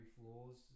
floors